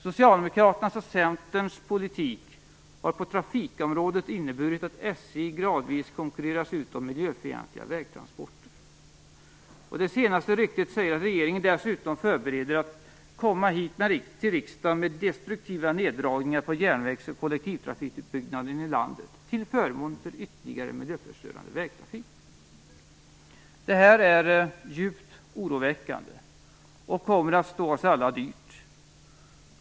Socialdemokraternas och Centerns politik har på trafikområdet inneburit att SJ gradvis konkurreras ut av miljöfientliga vägtransporter, och det senaste ryktet säger att regeringen dessutom förbereder att komma hit till riksdagen med destruktiva neddragningar på järnvägs och kollektivtrafikutbyggnaden i landet, till förmån för ytterligare miljöförstörande vägtrafik. Det här är djupt oroväckande och kommer att stå oss alla dyrt.